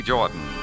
Jordan